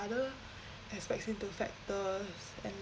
other aspects into factors and